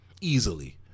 Easily